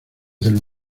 del